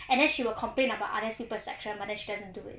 and then she will complain about other people's section but then she doesn't do it